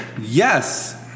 yes